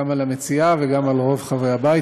גם על המציעה וגם על רוב חברי הבית,